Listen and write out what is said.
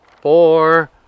four